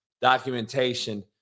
documentation